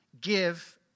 give